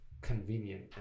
convenient